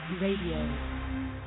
Radio